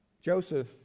Joseph